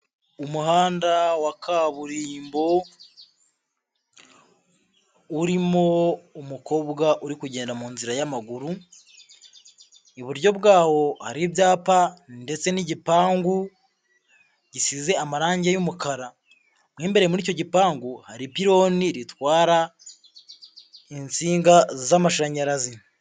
Umuhanda wa kaburimbo, urimo umukobwa uri kugenda mu nzira y'amaguru, iburyo bwawo hari ibyapa ndetse n'igipangu gisize amarangi y'umukara, mo imbere muri icyo gipangu hari ipironi ritwara insinga z'amashanyarazi.